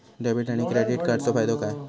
Debit आणि credit कार्डचो फायदो काय?